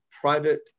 private